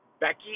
Becky